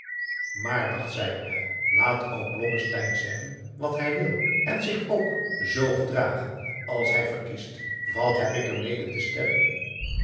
maar dacht zij er bij laat ook blommesteyn zeggen wat hij wil en zich ook zoo gedragen als hij verkiest wat heb ik er mede te stellen